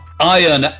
iron